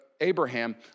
Abraham